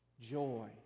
Joy